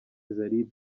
zari